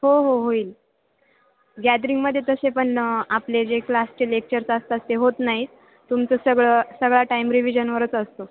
हो हो होईल गॅदरिंगमध्ये तसेे पण आपले जे क्लासचे लेक्चर्स असत असते होत नाहीत तुमचं सगळं सगळा टाईम रिविजनवरच असतो